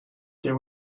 there